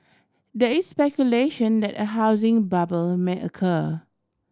there is speculation that a housing bubble may occur